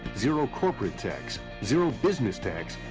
zero corporate tax, zero business tax,